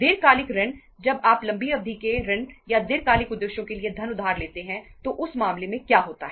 दीर्घकालिक ऋण जब आप लंबी अवधि के ऋण या दीर्घकालिक उद्देश्यों के लिए धन उधार लेते हैं तो उस मामले में क्या होता है